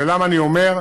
ולמה אני אומר?